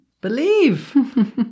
Believe